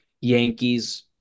Yankees